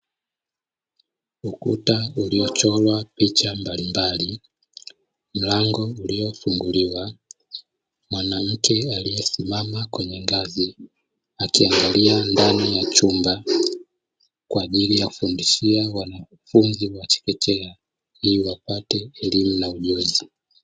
Ukuta uliochorwa picha mbalimbali, mlango uliofunguliwa, mwanamke aliyesimama kwenye ngazi, akiangalia ndani ya chumba, kwa ajili ya kufundishia wanafunzi wa chekechea ili wapate elimu na ujuzi.